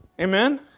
Amen